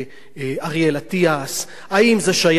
האם זה שייך בטאבו למפלגת ש"ס?